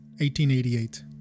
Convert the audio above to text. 1888